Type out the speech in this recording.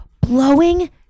blowing